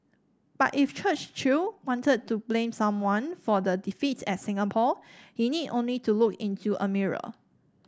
but if Churchill wanted to blame someone for the defeat at Singapore he need only to look into a mirror